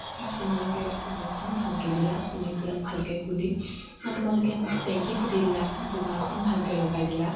না তোমালোকে ৱালখন ভালকে দিলা চিমেণ্টবিলাক ভালকে গুলি না তোমালোকে আমাক টেংকী পুতি দিলা না দুৱাৰখন ভালকে লগাই দিলা